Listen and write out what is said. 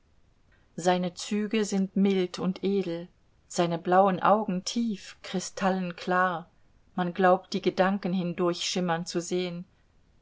seine züge sind mild und edel seine blauen augen tief kristallen klar man glaubt die gedanken hindurch schimmern zu sehen